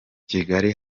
kigali